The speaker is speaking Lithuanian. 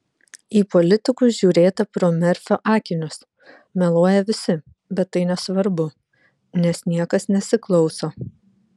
į politikus žiūrėta pro merfio akinius meluoja visi bet tai nesvarbu nes niekas nesiklauso